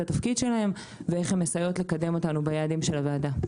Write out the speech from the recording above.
התפקיד שלהן; ואיך הן מסייעות לקדם אותנו ביעדים של הוועדה.